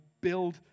build